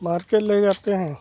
market ले जाते हैं